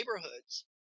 neighborhoods